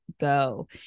go